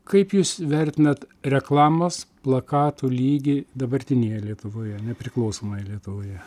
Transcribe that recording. kaip jūs vertinat reklamos plakatų lygį dabartinėje lietuvoje nepriklausomoje lietuvoje